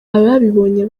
ababibonye